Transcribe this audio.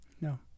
No